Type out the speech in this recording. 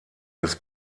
des